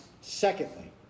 Secondly